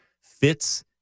fits